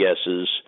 guesses